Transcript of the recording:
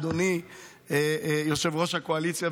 אדוני ראש הקואליציה,